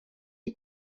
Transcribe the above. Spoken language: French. les